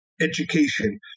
education